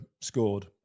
scored